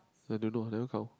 so I don't know I never count